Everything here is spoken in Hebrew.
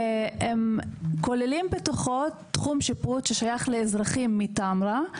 הם כוללים בתוכו תחום שיפוט ששייך לאזרחים מטמרה,